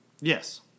Yes